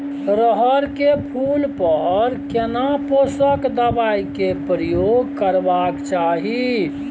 रहर के फूल पर केना पोषक दबाय के प्रयोग करबाक चाही?